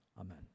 Amen